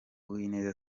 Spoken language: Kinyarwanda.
uwineza